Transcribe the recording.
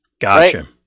Gotcha